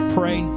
pray